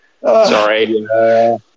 sorry